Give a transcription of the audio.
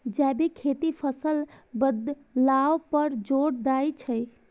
जैविक खेती फसल बदलाव पर जोर दै छै